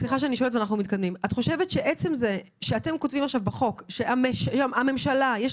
האם את חושבת שעצם זה שאתם כותבים עכשיו בחוק שלממשלה תהיה